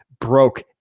broke